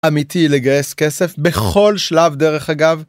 אמיתי לגייס כסף בכל שלב דרך אגב.